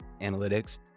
analytics